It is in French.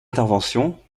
intervention